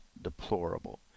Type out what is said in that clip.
deplorable